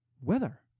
weather